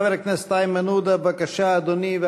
חבר הכנסת איימן עוּדָה, בבקשה, אדוני.